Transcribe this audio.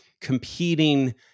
competing